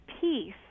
peace